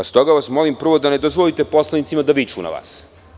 Stoga vas molim prvo da ne dozvolite poslanicima da viču na vas.